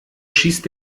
schießt